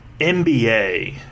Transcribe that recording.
NBA